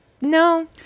no